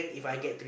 yeah